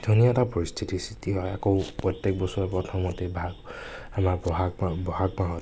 ধুনীয়া এটা পৰিস্থিতিৰ সৃষ্টি হয় আকৌ প্ৰত্য়েক বছৰে প্ৰথমতেই আমাৰ বহাগ মাহ বহাগ মাহত